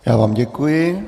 Já vám děkuji.